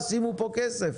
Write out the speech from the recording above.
שימו פה כסף.